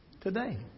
today